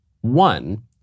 one